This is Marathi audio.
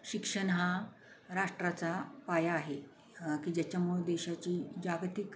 शिक्षण हा राष्ट्राचा पाया आहे की ज्याच्यामुळं देशाची जागतिक